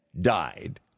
died